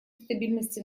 стабильности